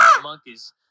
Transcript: Monkeys